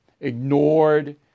ignored